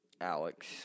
Alex